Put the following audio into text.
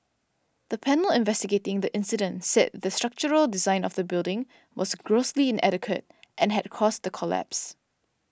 the panel investigating the incident said the structural design of the building was grossly inadequate and had caused the collapse